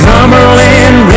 Cumberland